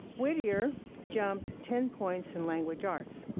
whittier jumped ten points in language arts.